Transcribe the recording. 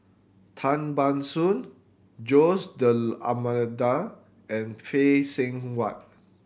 Tan Ban Soon Jose D'Almeida and Phay Seng Whatt